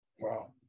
Wow